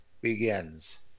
begins